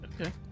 okay